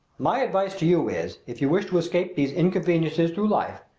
my advice to you is, if you wish to escape these inconveniences through life,